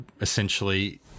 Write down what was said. essentially